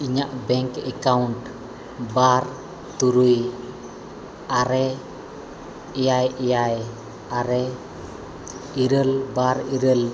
ᱤᱧᱟᱹᱜ bank account ᱵᱟᱨ ᱛᱩᱨᱩᱭ ᱟᱨᱮ ᱮᱭᱟᱭ ᱮᱭᱟᱭ ᱟᱨᱮ ᱤᱨᱟᱹᱞ ᱵᱟᱨ ᱤᱨᱟᱹᱞ